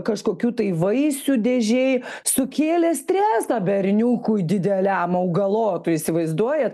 kažkokių tai vaisių dėžėj sukėlė stresą berniukui dideliam augalotui įsivaizduojat